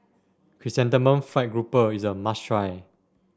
Chrysanthemum Fried Grouper is a must try